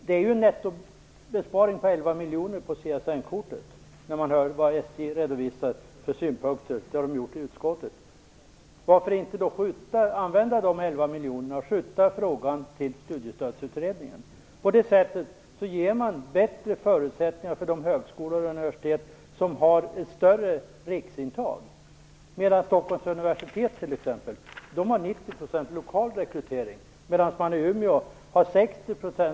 Det är ju en nettobesparing på 11 miljoner som görs på CSN-kortet - det framgick av de synpunkter SJ redovisade för utskottet. Varför då inte använda de 11 miljonerna och hänskjuta frågan till Studiestödsutredningen? På det sättet åstadkommer man bättre förutsättningar för de högskolor och universitet som har ett större riksintag. Stockholms universitet har t.ex. lokal rekrytering till 90 %, medan man i Umeå rekryterar utanför det egna länet till 60 %.